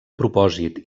propòsit